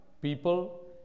people